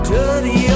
Dirty